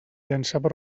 llançava